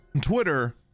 Twitter